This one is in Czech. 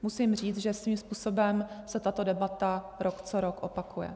Musím říct, že svým způsobem se tato debata rok co rok opakuje.